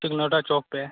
तिकनौटा चौक पर है